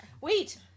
Wait